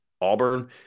Auburn